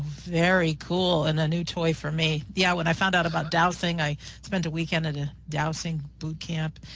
very cool. it's and a new toy for me. yeah when i found out about dousing, i spent a weekend at a dousing boot camp.